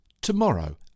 tomorrow